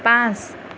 পাঁচ